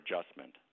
adjustment